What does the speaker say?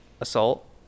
Assault